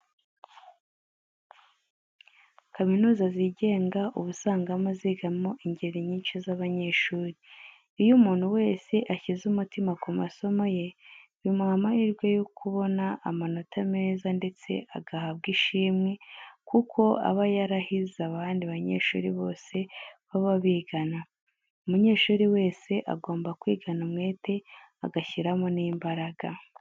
Kaminuza zigenga uba usanga zigamo ingeri nyinshi z'abanyeshuri. Iyo umuntu wese ashyize umutima ku masomo ye, bimuha amahirwe yo kubona amanota meza ndetse agahabwa ishimwe kuko aba yarahize abandi banyeshuri bose baba bigana. Umunyeshuri wese rero agomba kwigana umwete agashyiramo n'imbaraga.